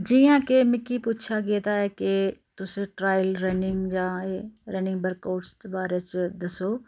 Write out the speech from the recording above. जियां कि मिकी पुच्छेआ गेदा ऐ कि तुस ट्रायल रनिंग जां एह् रनिंग वर्क आउट बारे च दस्सो